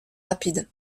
rapide